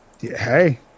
hey